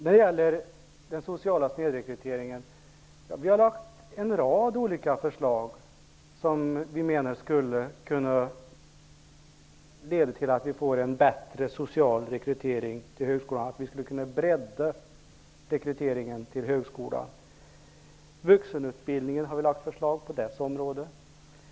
Vi har lagt fram en rad olika förslag som vi anser skulle leda till att man kommer till rätta med den sociala snedrekryteringen och breddar rekryteringen till högskolan. Vi har lagt fram förslag på vuxenutbildningens område.